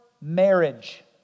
marriage